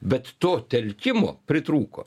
bet to telkimo pritrūko